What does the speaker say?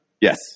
Yes